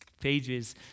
pages